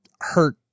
hurt